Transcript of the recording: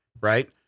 right